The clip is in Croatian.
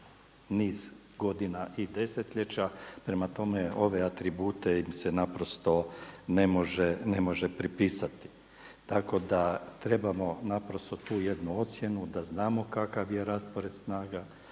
niz godina i desetljeća. Prema tome ove atribute im se naprosto ne može pripisati. Tako da trebamo naprosto tu jednu ocjenu da znamo kakav je raspored snaga,